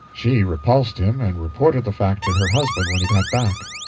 she repulsed him, and reported the fact to her husband when he got back.